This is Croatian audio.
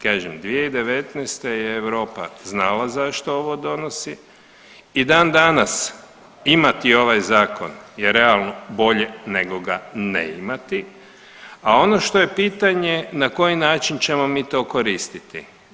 Kažem 2019. je Europa znala zašto ovo donosi i dan danas je imati ovaj zakon je realno bolje nego ga ne imati, a ono što je pitanje na koji način ćemo mi to koristiti.